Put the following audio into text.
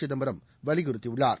சிதம்பரம் வலியுறுத்தியுள்ளார்